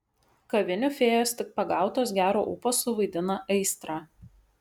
kavinių fėjos tik pagautos gero ūpo suvaidina aistrą